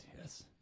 yes